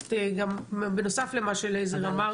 בנוסף למה שלייזר אמר.